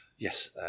Yes